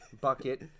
bucket